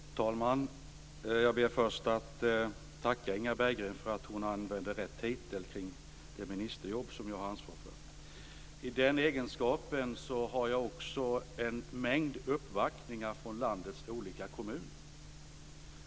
Fru talman! Jag ber först att få tacka Inga Berggren för att hon använde rätt titel på det ministerjobb som jag har ansvar för. I min egenskap som inrikesminister har jag också en mängd uppvaktningar från landets olika kommuner.